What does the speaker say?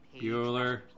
Bueller